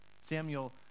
Samuel